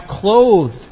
clothed